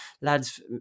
lads